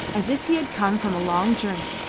as if he had come from a long journey.